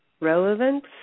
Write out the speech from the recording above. Relevance